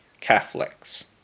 Catholics